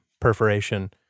perforation